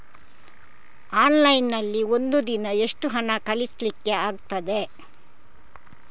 Online ನಲ್ಲಿ ಒಂದು ದಿನ ಎಷ್ಟು ಹಣ ಕಳಿಸ್ಲಿಕ್ಕೆ ಆಗ್ತದೆ?